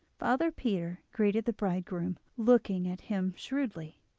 father peter greeted the bridegroom, looking at him shrewdly,